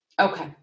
Okay